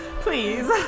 please